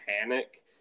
panic